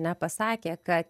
nepasakė kad